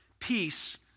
peace